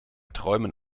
träumen